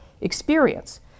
experience